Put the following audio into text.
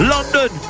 London